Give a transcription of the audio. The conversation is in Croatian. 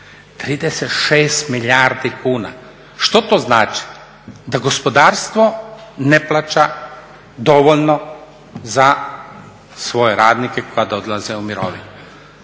36 milijardi kuna. Što to znači? Da gospodarstvo ne plaća dovoljno za svoje radnike kad odlaze u mirovinu.